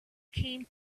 came